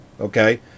okay